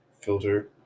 filter